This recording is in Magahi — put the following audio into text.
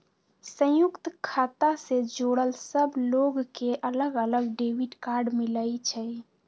संयुक्त खाता से जुड़ल सब लोग के अलग अलग डेबिट कार्ड मिलई छई